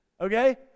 okay